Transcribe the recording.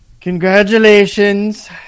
Congratulations